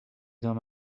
دام